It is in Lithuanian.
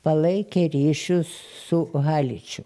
palaikė ryšius su haliču